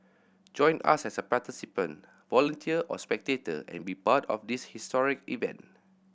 join us as a participant volunteer or spectator and be part of this historic event